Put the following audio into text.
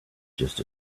just